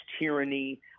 tyranny